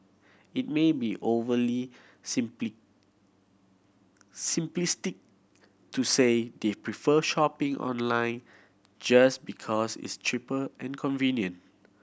it may be overly simply simplistic to say they prefer shopping online just because it's cheaper and convenient